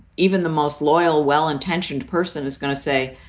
even the most loyal, well-intentioned person is going to say,